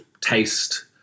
taste